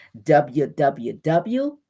www